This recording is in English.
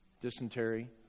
Dysentery